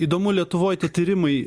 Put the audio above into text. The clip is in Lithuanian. įdomu lietuvoj tie tyrimai